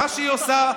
מה שהיא עושה,